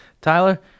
Tyler